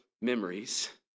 memories